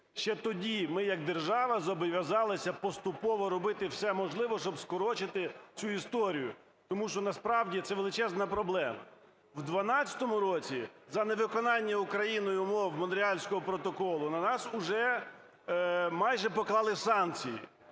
Ще тоді ми як держава зобов'язалися поступово робити все можливе, щоб скоротити цю історію, тому що насправді це величезна проблема. У 12-му році за невиконання Україною умов Монреальського протоколу на нас уже майже поклали санкції.